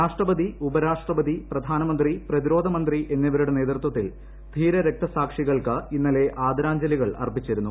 രാഷ്ട്രപതി ഉപരാഷ്ട്രപതി പ്രധാനമന്ത്രി പ്രതിരോധമന്ത്രി എന്നിവരുടെ നേതൃത്വത്തിൽ ധീര രക്തസാക്ഷികൾക്ക് ഇന്നലെ ആദരാഞ്ജലികൾ അർപ്പിച്ചിരുന്നു